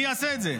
מי יעשה את זה?